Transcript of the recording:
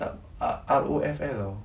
R_O_F_L [tau]